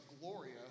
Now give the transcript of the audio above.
Gloria